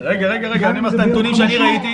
שיש בה גם עניין דתי וגם עניין סוציאלי,